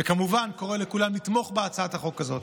וכמובן, קורא לכולם לתמוך בהצעת החוק הזאת.